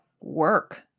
work